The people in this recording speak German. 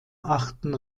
achten